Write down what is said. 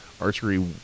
archery